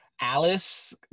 Alice